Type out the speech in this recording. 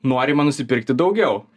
norima nusipirkti daugiau